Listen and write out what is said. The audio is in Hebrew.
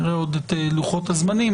נראה עוד את לוחות הזמנים.